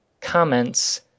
comments